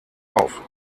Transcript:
auf